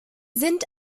sind